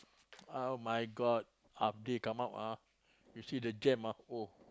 oh-my-god half day come out ah you see the jam ah oh